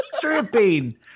Tripping